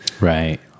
Right